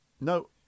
No